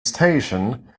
station